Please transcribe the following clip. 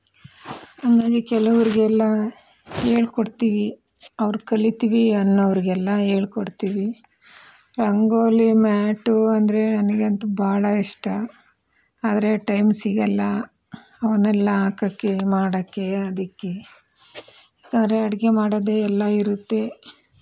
ಆಮೆಲೆ ಕೆಲವರಿಗೆ ಎಲ್ಲ ಹೇಳಿಕೊಡ್ತೀವಿ ಅವರು ಕಲೀತೀವಿ ಅನ್ನೋರಿಗೆಲ್ಲ ಹೇಳಿಕೊಡ್ತೀವಿ ರಂಗೋಲಿ ಮ್ಯಾಟ್ ಅಂದರೆ ನನಗಂತು ಭಾಳ ಇಷ್ಟ ಆದರೆ ಟೈಮ್ ಸಿಗಲ್ಲಅವನ್ನೆಲ್ಲ ಹಾಕೋಕ್ಕೆ ಮಾಡೋಕ್ಕೆ ಅದಕ್ಕೆ ಯಾಕೆಂದರೆ ಅಡುಗೆ ಮಾಡೋದೇ ಎಲ್ಲ ಇರುತ್ತೆ